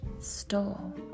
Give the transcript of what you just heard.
Stole